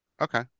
Okay